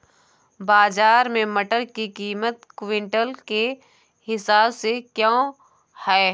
बाजार में मटर की कीमत क्विंटल के हिसाब से क्यो है?